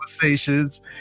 conversations